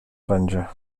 będzie